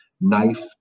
knife